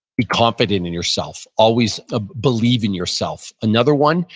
be confident in yourself. always ah believe in yourself. another one,